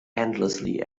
endlessly